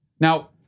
Now